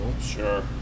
sure